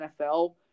NFL